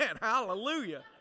Hallelujah